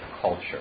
culture